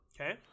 Okay